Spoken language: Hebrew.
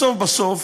בסוף בסוף,